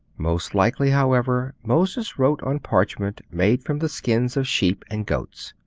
most likely, however, moses wrote on parchment made from the skins of sheep and goats.